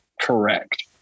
Correct